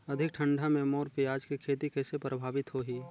अधिक ठंडा मे मोर पियाज के खेती कइसे प्रभावित होही?